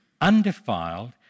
undefiled